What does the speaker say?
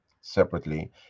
separately